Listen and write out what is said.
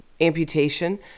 amputation